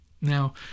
Now